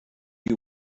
you